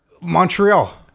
Montreal